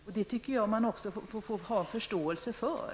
Detta är något som jag anser att man får ha förståelse för.